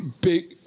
big